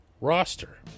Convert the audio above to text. roster